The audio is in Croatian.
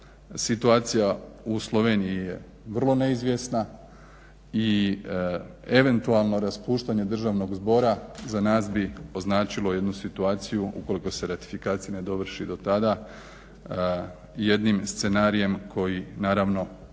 Situacija u Sloveniji je vrlo neizvjesna i eventualno raspuštanje Državnog zbora za nas bi označilo jednu situaciju ukoliko se ratifikacija ne dovrši do tada jednim scenarijem koji naravno nitko